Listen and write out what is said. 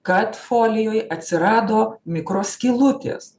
kad folijoj atsirado mikro skylutės